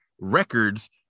records